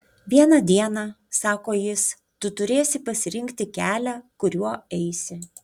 vieną dieną sako jis tu turėsi pasirinkti kelią kuriuo eisi